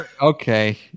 okay